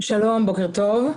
בוקר טוב.